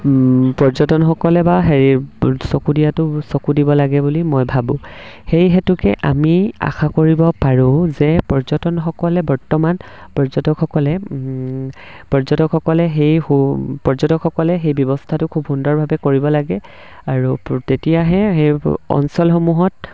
পৰ্যটনসকলে বা হেৰি চকু দিয়াটো চকু দিব লাগে বুলি মই ভাবোঁ সেই হেতুকে আমি আশা কৰিব পাৰোঁ যে পৰ্যটনসকলে বৰ্তমান পৰ্যটকসকলে পৰ্যটকসকলে সেই সু পৰ্যটকসকলে সেই ব্যৱস্থাটো খুব সুন্দৰভাৱে কৰিব লাগে আৰু তেতিয়াহে সেই অঞ্চলসমূহত